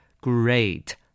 Great